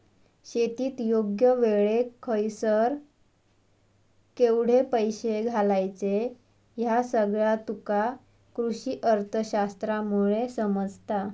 शेतीत योग्य वेळेक खयसर केवढे पैशे घालायचे ह्या सगळा तुका कृषीअर्थशास्त्रामुळे समजता